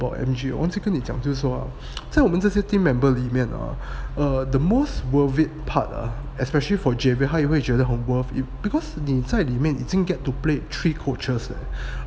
orh M_G 我忘记跟你讲就是说在我们这些 team member 里面 ah are the most worth it part ah especially for javier 他也会觉得很 worth it because 你在里面 it didn't get to play three coaches